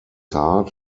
hard